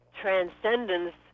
transcendence